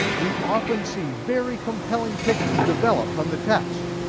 we often see very compelling pictures develop from the text.